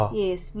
yes